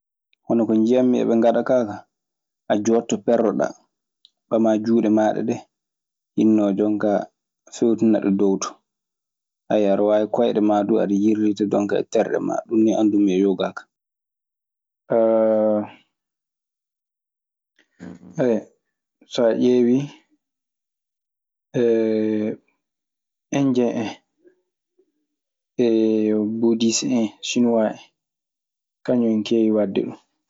Hono ko njiyammi eɓe ngaɗa kaa Ka. A jooɗto perloɗaa, ɓamaa juuɗe maaɗa dee hinnoo jonkaa aɗa feewtina ɗo dow too. Aɗe waawi koyɗe maa duu aɗe yirlita jonkaa e terɗe maa. Ɗun nii anndumi e yogaa.